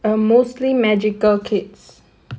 um mostly magical kids